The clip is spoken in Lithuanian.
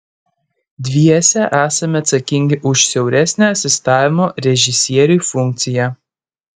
dviese esame atsakingi už siauresnę asistavimo režisieriui funkciją